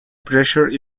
pressure